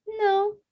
No